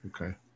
Okay